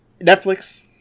Netflix